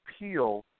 appeal